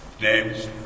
Names